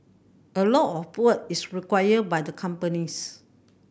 a lot of work is required by the companies